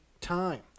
time